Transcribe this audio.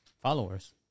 followers